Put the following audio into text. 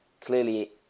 clearly